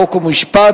חוק ומשפט